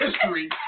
history